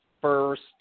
first